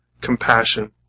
compassion